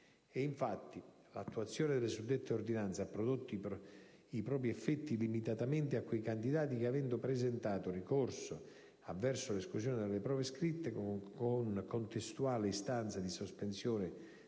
Infatti, l'attuazione delle suddette ordinanze ha prodotto i propri effetti limitatamente a quei candidati che, avendo presentato ricorso avverso l'esclusione dalle prove scritte con contestuale istanza di sospensione